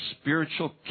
spiritual